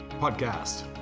Podcast